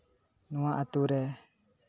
ᱱᱚᱣᱟ ᱟᱹᱛᱩᱨᱮ